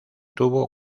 tuvo